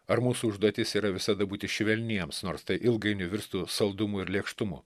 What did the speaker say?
ar mūsų užduotis yra visada būti švelniems nors tai ilgainiui virstų saldumu ir lėkštumu